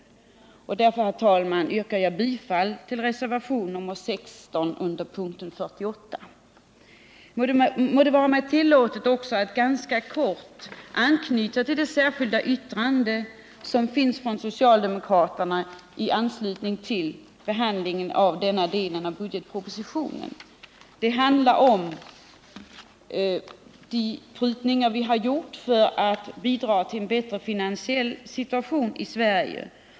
Jag yrkar därför, herr talman, bifall till reservationen 16 vid punkten 48. Må det också vara mig tillåtet att kortfattat anknyta till det särskilda yttrande som socialdemokraterna avgivit i anslutning till behandlingen av denna del av budgetpropositionen. Det handlar om de prutningar vi har gjort för att bidra till en bättre finansiell situation i Sverige.